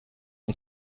und